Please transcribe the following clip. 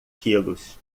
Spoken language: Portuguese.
quilos